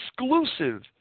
exclusive